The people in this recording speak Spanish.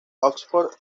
oxford